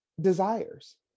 desires